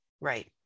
Right